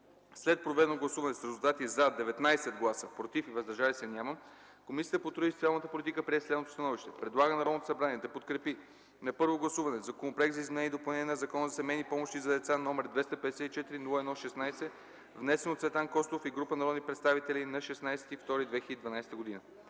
След проведено гласуване с резултати: „за” - 19 гласа, без „против” и „въздържали се”, Комисията по труда и социалната политика прие следното становище: Предлага на Народното събрание да подкрепи на първо гласуване Законопроект за изменение и допълнение на Закона за семейни помощи за деца, № 254-01-16, внесен от Цветан Костов и група народни представители на 16.02.2012 г.